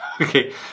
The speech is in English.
Okay